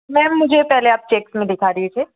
ma'am मुझे पहले आप चैक्स में दिखा दीजिए